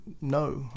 no